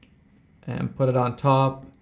and put it on top,